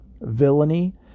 villainy